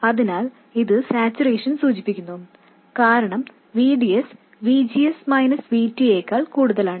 അതിനാൽ ഇത് സാച്ചുറേഷൻ സൂചിപ്പിക്കുന്നു കാരണം V D S V G S V T യേക്കാൾ കൂടുതലാണ്